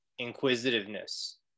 inquisitiveness